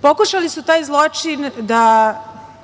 Pokušali su taj zločin da